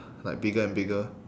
like bigger and bigger